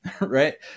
right